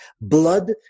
Blood